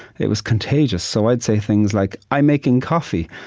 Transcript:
it was contagious. so i'd say things like, i making coffee.